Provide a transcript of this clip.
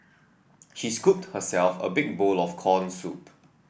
she scooped herself a big bowl of corn soup